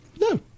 No